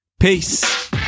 Peace